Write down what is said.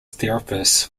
therapists